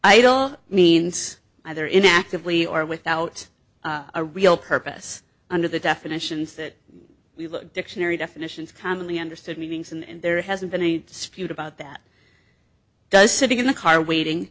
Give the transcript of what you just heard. idle means either in actively or without a real purpose under the definitions that we look dictionary definitions commonly understood meanings and there hasn't been any dispute about that does sitting in the car waiting